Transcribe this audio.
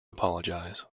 apologize